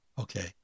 Okay